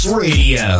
Radio